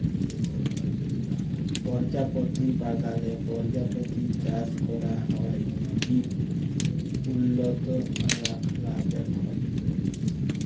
পরজাপতি বাগালে পরজাপতি চাষ ক্যরা হ্যয় ইট উল্লত রখলাবেখল